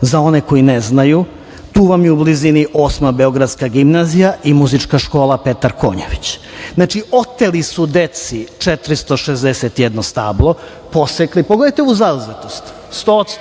za one koji ne znaju, tu vam je u blizini Osma beogradska gimnazija i Muzička škola „Petar Konjović“. Znači, oteli su deci 461 stablo, posekli. Pogledajte ovu zauzetost, 100%.